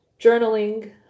journaling